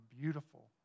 beautiful